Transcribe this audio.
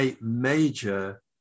major